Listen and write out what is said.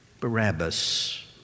Barabbas